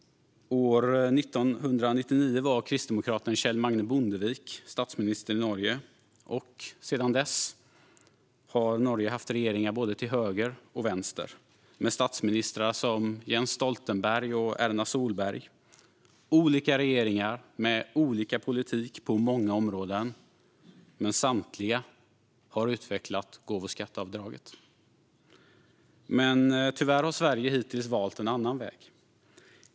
År 1999 var kristdemokraten Kjell-Magne Bondevik statsminister i Norge. Sedan dess har Norge haft regeringar både till höger och vänster, med statsministrar som Jens Stoltenberg och Erna Solberg. Det har varit olika regeringar med olika politik på många områden, men samtliga har utvecklat gåvoskatteavdraget. Men tyvärr har Sverige hittills valt en annan väg.